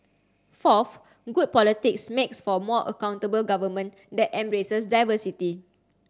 fourth good politics makes for more accountable government that embraces diversity